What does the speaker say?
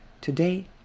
Today